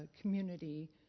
community